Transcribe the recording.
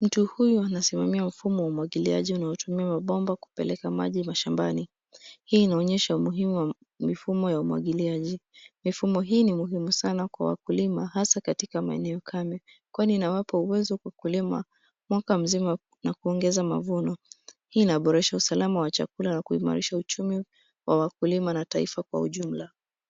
Mtu huyu anasimamia mfumo wa umwagiliaji unaotumia mabomba kupeleka maji mashambani. Hii inaonyesha umuhimu wa mifumo ya umwagiliaji. Mifumo hii ni muhimu sana kwa wakulima, hasaa katika maeneo kame. Kwani inawapa uwezo kwa kulima, mwaka mzima, na kuongeza mavuno. Hii inaboresha usalama wa chakula na kuimarisha uchumi, wa wakulima na taifa kwa ujumla.